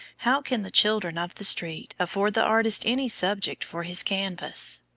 how can the children of the street afford the artist any subjects for his canvas?